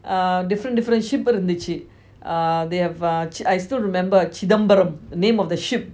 uh different different ship இருந்துச்சி:irunthuchi uh they have uh I still remember chidambaram the name of the ship